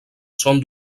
són